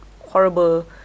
horrible